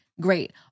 Great